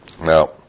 Now